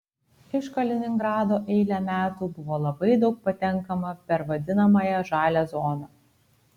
iš kaliningrado eilę metų buvo labai daug patenkama per vadinamąją žalią zoną